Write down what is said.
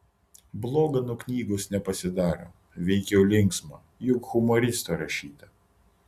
bloga nuo knygos nepasidaro veikiau linksma juk humoristo rašyta